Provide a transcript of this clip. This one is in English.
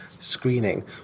screening